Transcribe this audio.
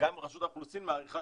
וגם רשות האוכלוסין מעריכה